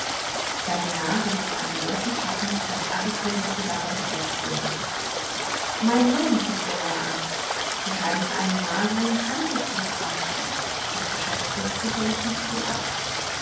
seine nase warf einen solchen schatten daß alle kürbisse davon bedeckt wurden mein sohn hub der herr an du scheinst einen magern handel zu haben das geschäft wirft sicherlich nicht viel ab